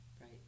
Right